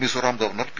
Mizoram governor P